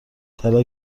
طلا